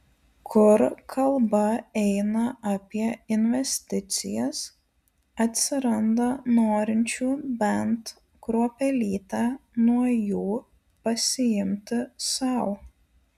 kur kalba eina apie investicijas atsiranda norinčių bent kruopelytę nuo jų pasiimti sau